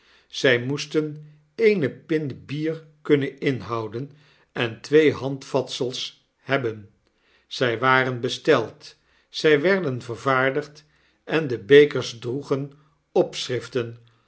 zy moesten eene pint bier kunnen inhouden en twee handvatsels hebben zij waren besteld zy werden vervaardigd en de bekers droegen opschriften